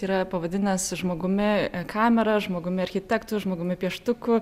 yra pavadinęs žmogumi kamera žmogumi architektu žmogumi pieštuku